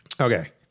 Okay